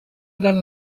eren